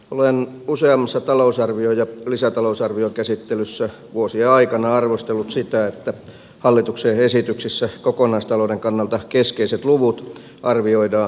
olen useammassa talousarvio ja lisätalousarviokäsittelyssä vuosien aikana arvostellut sitä että hallituksen esityksissä kokonaistalouden kannalta keskeiset luvut arvioidaan systemaattisesti väärin